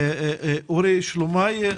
אורי שלומאי.